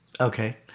Okay